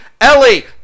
Ellie